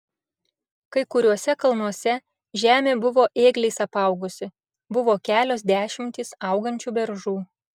kai kuriuose kalnuose žemė buvo ėgliais apaugusi buvo kelios dešimtys augančių beržų